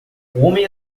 homem